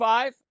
Five